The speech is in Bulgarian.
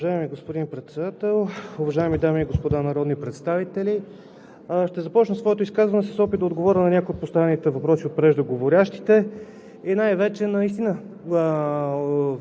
Уважаеми господин Председател, уважаеми дами и господа народни представители! Ще започна своето изказване с опит да отговоря на някои от поставените въпроси на преждеговорящите и най-вече като